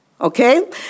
okay